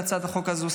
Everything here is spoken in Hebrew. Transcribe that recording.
על הצעת החוק הזו,